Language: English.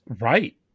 right